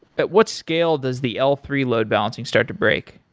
but what scale does the l three load-balancing start to break?